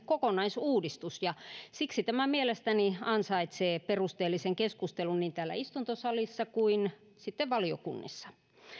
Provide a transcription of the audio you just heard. kokonaisuudistus ja siksi tämä mielestäni ansaitsee perusteellisen keskustelun niin täällä istuntosalissa kuin sitten valiokunnissa